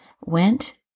went